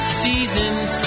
seasons